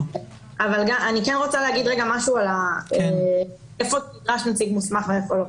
אני כן רוצה להגיד איפה נדרש נציג מוסמך ואיפה לא.